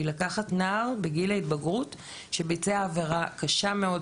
היא לקחת נער בגיל ההתבגרות שביצע עבירה קשה מאוד,